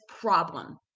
problem